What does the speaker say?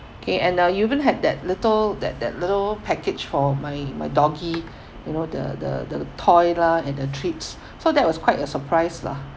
okay and uh even had that little that that little package for my my doggy you know the the the toy lah and the treats so that was quite a surprise lah